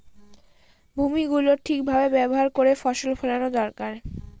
ভূমি গুলো ঠিক ভাবে ব্যবহার করে ফসল ফোলানো দরকার